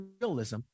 realism